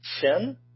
sin